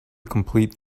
complete